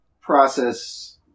process